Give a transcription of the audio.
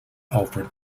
alfred